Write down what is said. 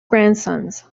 grandsons